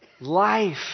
life